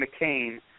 McCain